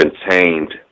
contained